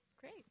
Great